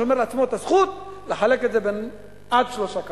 שומר לעצמו את הזכות לחלק את זה בין עד שלושה קבלנים.